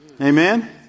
Amen